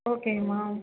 ஓகேங்க மேம்